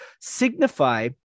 signify